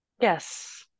Yes